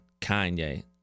Kanye